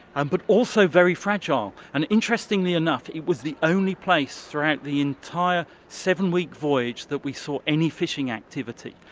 and but also very fragile. and interestingly enough, it was the only place throughout the entire seven-week voyage that we saw any fishing activity.